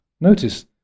notice